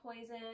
Poison